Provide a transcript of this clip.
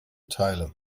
teile